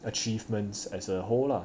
achievements as a whole lah